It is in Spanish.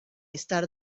estar